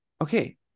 Okay